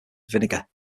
vinegar